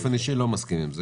באופן אישי לא מסכים עם זה.